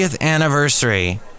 anniversary